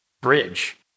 Bridge